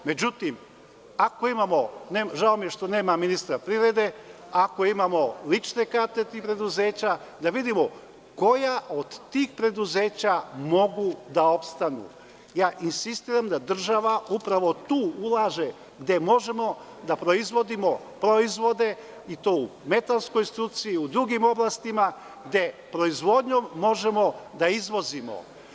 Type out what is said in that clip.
Međutim, žao mi je što nema ministra privrede, ako imamo lične karte tih preduzeća da vidimo koja od tih preduzeća mogu da opstanu, ja insistiram da država upravo tu ulaže gde možemo da proizvodimo proizvode i to u metalskoj struci, drugim oblastima gde proizvodnjom možemo da izvozimo.